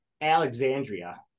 Alexandria